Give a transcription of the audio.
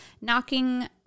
knocking